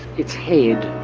its head